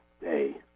Day